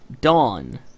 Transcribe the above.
Dawn